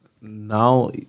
now